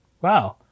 Wow